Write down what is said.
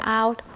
out